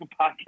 podcast